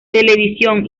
televisión